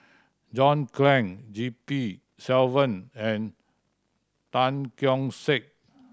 John Clang G P Selvam and Tan Keong Saik